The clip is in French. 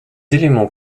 éléments